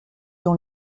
dans